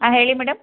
ಹಾಂ ಹೇಳಿ ಮೇಡಮ್